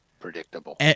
Predictable